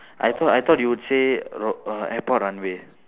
I thought I thought you would say r~ err airport runway